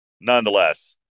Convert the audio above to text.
Nonetheless